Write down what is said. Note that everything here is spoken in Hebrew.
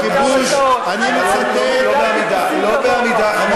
הוא עמד פה והוא